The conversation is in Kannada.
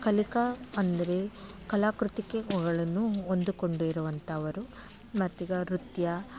ಕಲಿಕಾ ಅಂದರೆ ಕಲಾ ಕೃತಿಕೆಗಳನ್ನು ಒಂದುಕೊಂಡಿರುವಂಥವರು ಮತ್ತೀಗ ನೃತ್ಯ